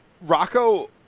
rocco